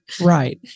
Right